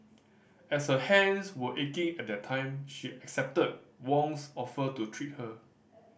as her hands were aching at that time she accepted Wong's offer to treat her